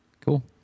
Cool